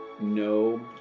no